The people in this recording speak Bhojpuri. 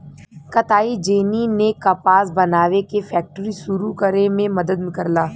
कताई जेनी ने कपास बनावे के फैक्ट्री सुरू करे में मदद करला